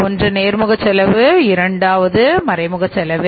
ஒன்று நேர்முக செலவு இரண்டு மறைமுக செலவு